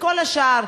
וכל השאר,